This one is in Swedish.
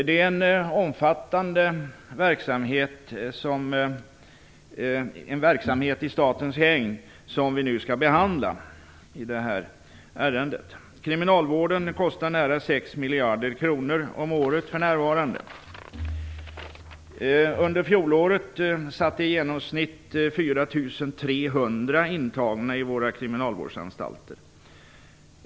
Det är en omfattande verksamhet i statens hägn som vi nu skall behandla i detta ärende. Kriminalvården kostar nära sex miljarder kronor om året för närvarande. Under fjolåret fanns i genomsnitt 4 300 intagna vid våra kriminalvårdsanstalter.